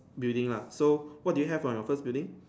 building lah so what did you have on your first building